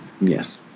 Yes